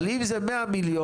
אבל אם זה 100 מיליון,